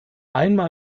einmal